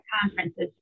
conferences